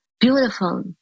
beautiful